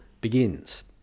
begins